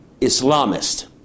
Islamist